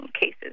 cases